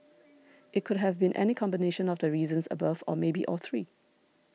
it could have been any combination of the reasons above or maybe all three